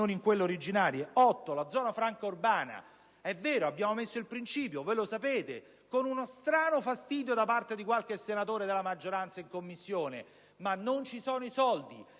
la zona franca urbana. È vero, abbiamo stabilito il principio, voi lo sapete, con uno strano fastidio da parte di qualche senatore della maggioranza in Commissione, ma non ci sono i soldi.